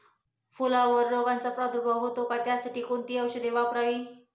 फुलावर रोगचा प्रादुर्भाव होतो का? त्यासाठी कोणती औषधे वापरावी?